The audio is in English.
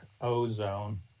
ozone